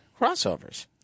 crossovers